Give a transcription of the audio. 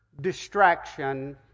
distraction